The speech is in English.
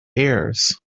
ears